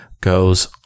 goes